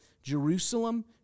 Jerusalem